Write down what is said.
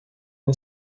uma